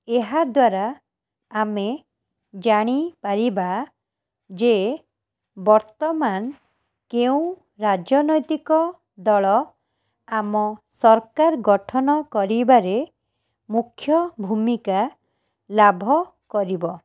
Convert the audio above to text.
ଏହାଦ୍ଵାରା ଆମେ ଜାଣିପାରିବା ଯେ ବର୍ତ୍ତମାନ କେଉଁ ରାଜନୈତିକଦଳ ଆମ ସରକାର ଗଠନ କରିବାରେ ମୁଖ୍ୟଭୂମିକା ଲାଭକରିବ